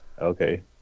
Okay